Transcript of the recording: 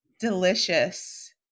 delicious